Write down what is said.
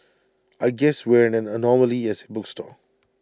I guess we're an anomaly as A bookstore